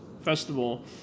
festival